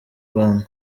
rwanda